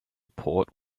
port